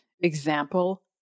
example